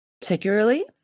Particularly